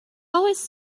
always